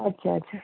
अच्छा अच्छा